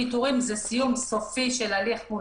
פיטורים זה סיום סופי של הליך מול